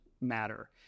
matter